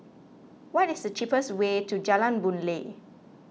what is the cheapest way to Jalan Boon Lay